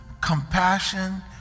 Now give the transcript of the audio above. compassion